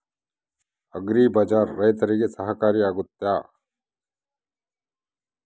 Agri ಬಜಾರ್ ರೈತರಿಗೆ ಸಹಕಾರಿ ಆಗ್ತೈತಾ?